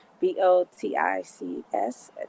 B-O-T-I-C-S